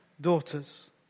daughters